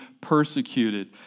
persecuted